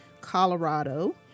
Colorado